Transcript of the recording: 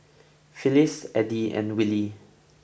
Phyliss Eddie and Willy